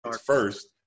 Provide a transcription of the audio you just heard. first